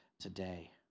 today